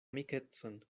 amikecon